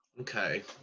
Okay